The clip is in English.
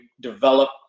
develop